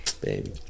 baby